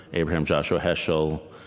abraham joshua heschel,